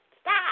stop